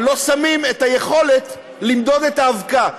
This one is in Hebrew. אבל לא נותנים את היכולת למדוד את האבקה.